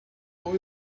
bar